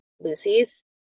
Lucy's